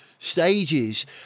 stages